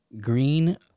Green